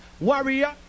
Warrior